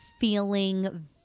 feeling